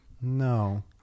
No